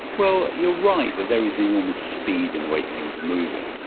well, you're right that there is enormous speed in the way things are moving.